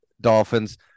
Dolphins